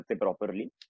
properly